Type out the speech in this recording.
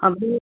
update